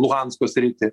luhansko sritį